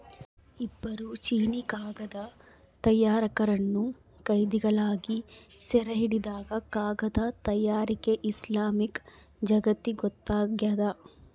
ಇಬ್ಬರು ಚೀನೀಕಾಗದ ತಯಾರಕರನ್ನು ಕೈದಿಗಳಾಗಿ ಸೆರೆಹಿಡಿದಾಗ ಕಾಗದ ತಯಾರಿಕೆ ಇಸ್ಲಾಮಿಕ್ ಜಗತ್ತಿಗೊತ್ತಾಗ್ಯದ